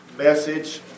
message